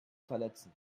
verletzen